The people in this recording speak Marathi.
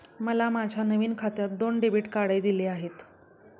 मला माझ्या नवीन खात्यात दोन डेबिट कार्डे दिली आहेत